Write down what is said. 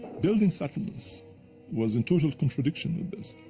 building settlements was in total contradiction to this.